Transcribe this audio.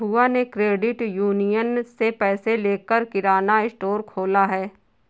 बुआ ने credit union से पैसे लेकर किराना स्टोर खोला है